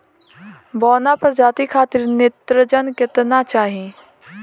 बौना प्रजाति खातिर नेत्रजन केतना चाही?